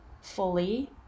fully